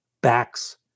backs